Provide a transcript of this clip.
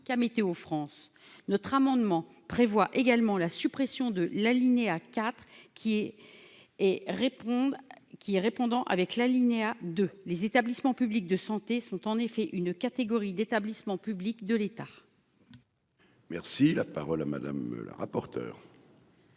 météo France, notre amendement prévoit également la suite. Suppression de l'alinéa IV qui est et répondent qui répondant avec l'alinéa 2 les établissements publics de santé sont en effet une catégorie d'établissements publics de l'État. Merci, la parole à Madame, la rapporteure.